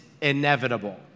inevitable